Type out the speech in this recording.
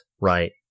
Right